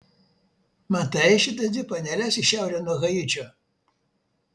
matai šitas dvi paneles į šiaurę nuo haičio